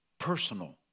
Personal